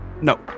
no